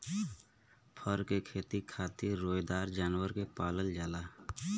फर क खेती खातिर रोएदार जानवर के पालल जाला